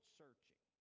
searching